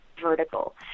vertical